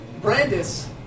Brandis